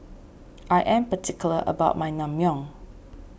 I am particular about my Naengmyeon